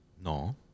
No